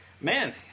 man